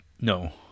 No